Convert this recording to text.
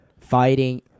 Fighting